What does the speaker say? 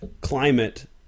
climate